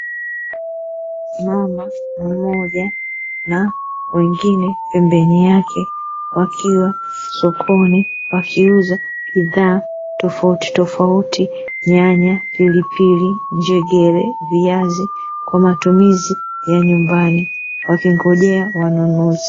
Mama mmoja na wengine pembeni yake, wakiwa sokoni wakiuza bidha tofautitofauti: nyanya, pilipili, njegere na viazi; kwa matumizi ya nyumbani, wakingojea wanunuzi.